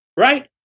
Right